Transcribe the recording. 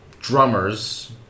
drummers